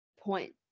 point